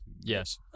Yes